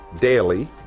daily